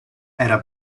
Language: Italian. era